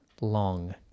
Long